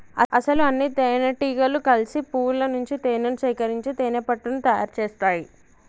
అసలు అన్నితేనెటీగలు కలిసి పువ్వుల నుంచి తేనేను సేకరించి తేనెపట్టుని తయారు సేస్తాయి